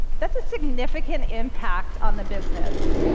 that's a significant impact on the business.